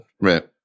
Right